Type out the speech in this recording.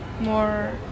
more